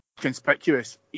conspicuous